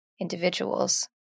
individuals